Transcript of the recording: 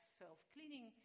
self-cleaning